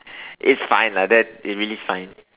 it's fine lah that it really fine